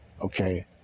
Okay